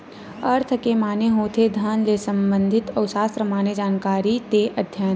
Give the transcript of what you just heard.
अर्थ के माने होथे धन ले संबंधित अउ सास्त्र माने जानकारी ते अध्ययन